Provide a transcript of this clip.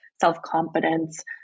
self-confidence